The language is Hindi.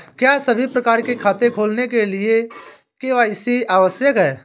क्या सभी प्रकार के खाते खोलने के लिए के.वाई.सी आवश्यक है?